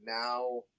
now